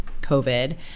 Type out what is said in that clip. COVID